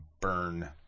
burn